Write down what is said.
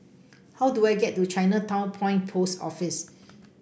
how do I get to Chinatown Point Post Office